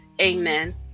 Amen